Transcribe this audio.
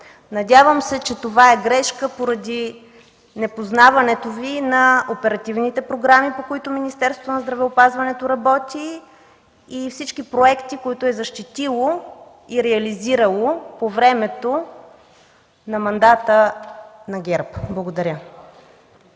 Надявам се, че това е грешка поради непознаването Ви на оперативните програми, по които работи Министерството на здравеопазването, и на всички проекти, които то е защитило и реализирало по времето на мандата на ГЕРБ. Благодаря.